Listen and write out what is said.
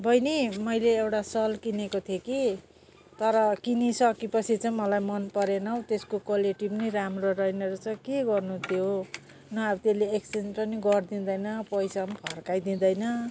बहिनी मैले एउटा सल किनेको थिएँ कि तर किनिसकेपछि चाहिँ मलाई मनपरेन हो त्यसको क्वालिटी पनि राम्रो रहेनरहेछ के गर्नु त्यो न अब त्यसले एक्सचेन्ज पनि गरिदिँदैन पैसा पनि फर्काइदिँदैन